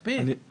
מספיק.